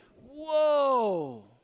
whoa